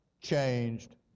changed